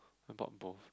I bought both